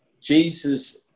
Jesus